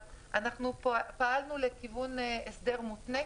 פעלנו לכיוון הסדר מותנה.